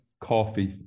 Coffee